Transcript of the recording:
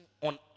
on